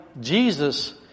Jesus